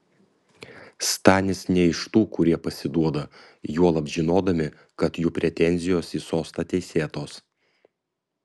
stanis ne iš tų kurie pasiduoda juolab žinodami kad jų pretenzijos į sostą teisėtos